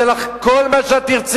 אתן לך כל מה שתרצי.